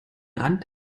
rand